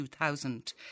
2000